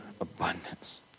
abundance